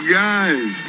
guys